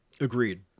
agreed